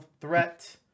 threat